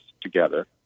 together